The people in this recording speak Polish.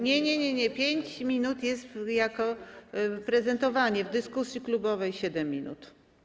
Nie, nie, 5 minut jest jako prezentowanie, a w dyskusji klubowej 7 minut.